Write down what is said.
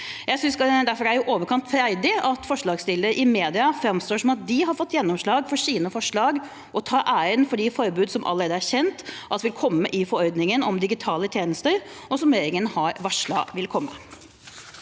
Jeg synes derfor det er i overkant freidig at forslagsstillerne i media framstår som at de har fått gjennomslag for sine forslag og tar æren for de forbud som allerede er kjent at vil komme i forordningen om digitale tjenester, og som regjeringen har varslet at vil komme.